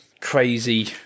crazy